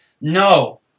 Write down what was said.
No